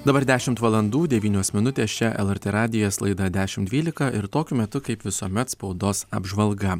dabar dešimt valandų devynios minutės čia lrt radijas laida dešimt dvylika ir tokiu metu kaip visuomet spaudos apžvalga